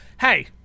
hey